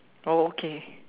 oh okay